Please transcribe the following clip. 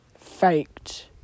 faked